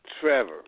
Trevor